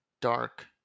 dark